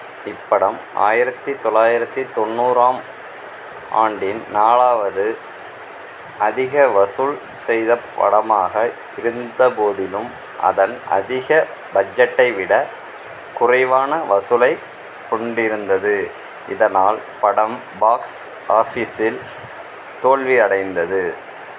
இப் படம் ஆயிரத்தி தொள்ளாயிரத்தி தொண்ணூறாம் ஆண்டின் நாலாவது அதிக வசூல் செய்தப் படமாக இருந்த போதிலும் அதன் அதிக பட்ஜெட்டை விட குறைவான வசூலை கொண்டிருந்தது இதனால் படம் பாக்ஸ் ஆஃபிசில் தோல்வி அடைந்தது